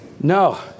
No